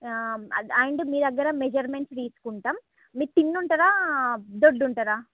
and మీ దగ్గర measurements తీసుకుంటాం మీరు థిన్ ఉంటారా దొడ్డు ఉంటారా